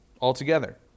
altogether